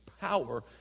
power